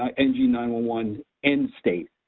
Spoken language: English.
um n g nine one one end state.